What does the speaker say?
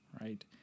right